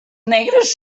negres